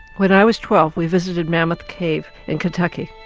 when i was twelve we visited mammoth cave in kentucky,